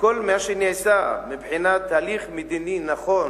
וכל מה שנעשה מבחינת הליך מדיני נכון